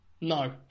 No